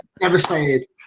devastated